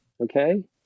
okay